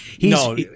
No